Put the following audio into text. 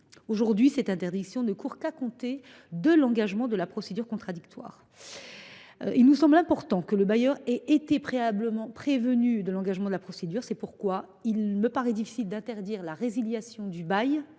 Aujourd’hui, cette interdiction ne court qu’à compter de l’engagement de la procédure contradictoire. Il nous semble important que le bailleur ait été préalablement prévenu de l’engagement de la procédure. C’est pourquoi il me paraît difficile d’interdire la résiliation du bail